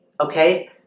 okay